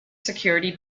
security